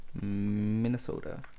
Minnesota